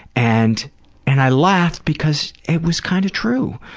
and and i laugh because it was kind of true.